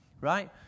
right